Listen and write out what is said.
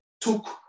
took